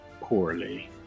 poorly